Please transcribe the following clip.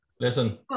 listen